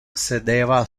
sedeva